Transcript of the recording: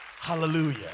Hallelujah